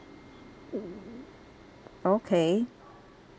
okay